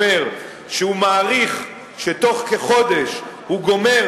אומר שהוא מעריך שבתוך כחודש הוא גומר